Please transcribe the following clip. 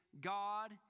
God